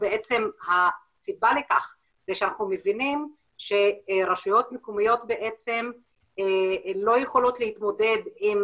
הסיבה לכך זה שאנחנו מבינים שרשויות מקומיות לא יכולות להתמודד עם